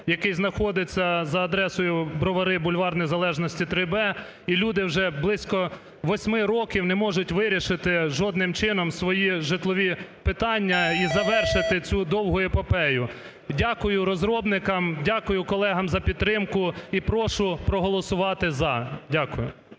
який знаходиться за адресою: Бровари, бульвар Незалежності, 3б. І люди вже близько 8 років не можуть вирішити жодним чином свої житлові питання і завершити цю довгу епопею. Дякую розробникам, дякую колегам за підтримку і прошу проголосувати – за. Дякую.